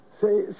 say